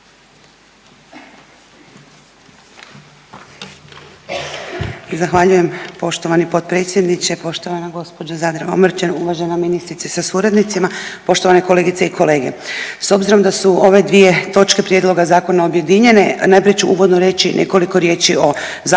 Zahvaljujem poštovani potpredsjedniče, poštovana gđo. Zadro Omrčen, uvažena ministrice sa suradnicima, poštovane kolegice i kolege. S obzirom da su ove dvije točke prijedloga zakona objedinjene najprije ću uvodno reći nekoliko riječi o Zakonu